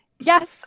yes